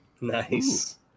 Nice